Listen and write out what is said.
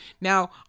Now